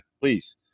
please